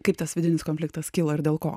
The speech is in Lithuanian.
kaip tas vidinis konfliktas kilo ir dėl ko